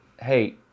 hey